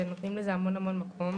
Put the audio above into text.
ונותנים לזה המון מקום